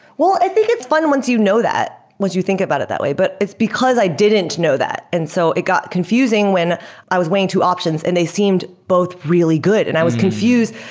well, i think it's fun once you know that, once you think about it that way. but it's because i didn't know that. and so it got confusing when i was weighing two options and they seemed both really good, and i was confused.